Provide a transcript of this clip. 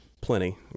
plenty